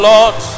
Lord